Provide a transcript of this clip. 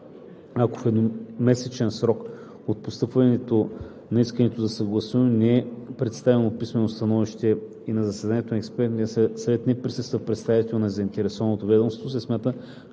ако в едномесечен срок от постъпване на искането за съгласуване не е представено писмено становище и на заседанието на експертния съвет не присъства представител на заинтересуваното ведомство, се смята,